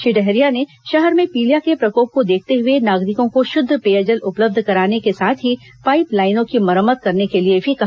श्री डहरिया ने शहर में पीलिया के प्रकोप को देखते हुए नागरिकों को शुद्ध पेयजल उपलब्ध कराने के साथ ही पाइप लाइनों की मरम्मत करने के लिए भी कहा